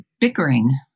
bickering